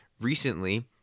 Recently